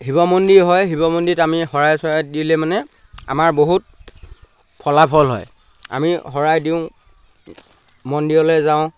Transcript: শিৱ মন্দিৰ হয় শিৱ মন্দিত আমি শৰাই চৰাই দিলে মানে আমাৰ বহুত ফলাফল হয় আমি শৰাই দিওঁ মন্দিৰলৈ যাওঁ